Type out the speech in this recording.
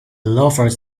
loafers